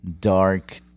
dark